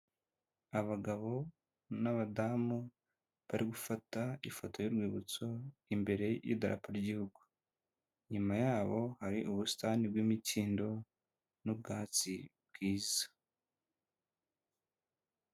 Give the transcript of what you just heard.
Abagabo n'abadamu bari gufata ifoto y'urwibutso imbere y'idarapo ry'igihugu, inyuma yabo hari ubusitani bw'imikindo n'ubwatsi bwiza.